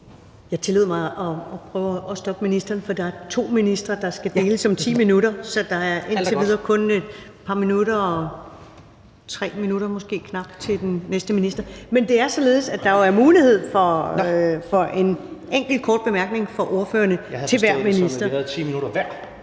Jeg tillod mig at prøve at stoppe ministeren, for der er to ministre, der skal deles om 10 minutter, så der er indtil videre kun et par minutter, måske knap 3 minutter, til den næste minister. Men det er således, at der jo er mulighed for en enkelt kort bemærkning fra ordførerne til hver minister. (Klima-, energi- og forsyningsministeren